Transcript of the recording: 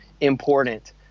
important